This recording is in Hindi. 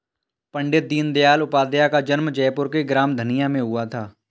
पण्डित दीनदयाल उपाध्याय का जन्म जयपुर के ग्राम धनिया में हुआ था